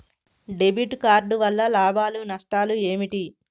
Debit card వల్ల లాభాలు నష్టాలు ఏమిటి?